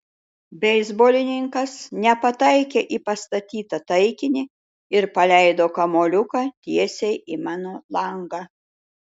beisbolininkas nepataikė į pastatytą taikinį ir paleido kamuoliuką tiesiai į namo langą